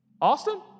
Austin